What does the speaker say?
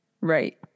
right